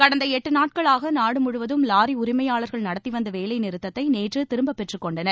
கடந்த எட்டு நாட்களாக நாடுமுழுவதும் லாரி உரிமையாளர்கள் நடத்தி வந்த வேலைநிறுத்ததை நேற்று திரும்பப் பெற்றுக் கொண்டனர்